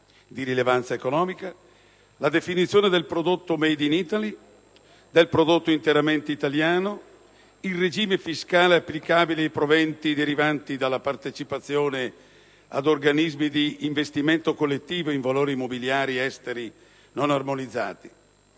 di rilevanza economica, la definizione del prodotto *made in Italy*, del prodotto interamente italiano, il regime fiscale applicabile ai proventi derivanti dalla partecipazione ad organismi di investimento collettivo in valori mobiliari esteri non armonizzati.